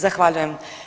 Zahvaljujem.